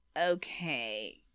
okay